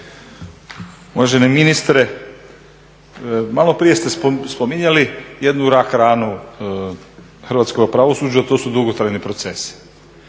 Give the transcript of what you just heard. Uvaženi ministre, maloprije ste spominjali jednu rak-ranu hrvatskog pravosuđa, a to su dugotrajni procesi.